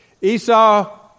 Esau